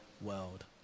world